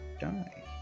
die